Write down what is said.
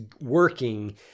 working